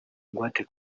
ingwate